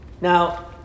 Now